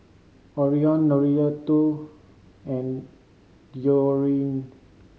Orion Norita and Georgine